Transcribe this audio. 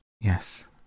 Yes